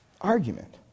argument